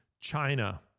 China